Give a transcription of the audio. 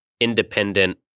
independent